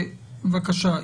בבקשה,